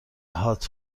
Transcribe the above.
هات